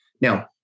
Now